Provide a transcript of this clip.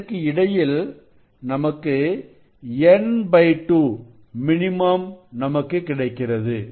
இதற்கு இடையில் நமக்கு N 2 மினிமம் நமக்கு கிடைக்கிறது